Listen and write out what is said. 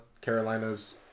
Carolina's